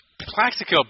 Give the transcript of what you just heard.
Plaxico